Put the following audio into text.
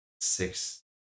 six